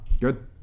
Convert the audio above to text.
Good